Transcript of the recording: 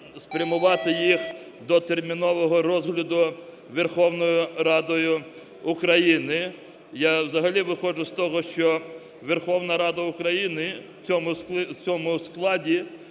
спрямувати їх до термінового розгляду Верховною Радою України. Я взагалі виходжу з того, що Верховна Рада у цьому складі,